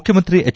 ಮುಖ್ಯಮಂತ್ರಿ ಎಚ್